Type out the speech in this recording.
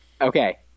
Okay